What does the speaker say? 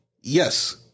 Yes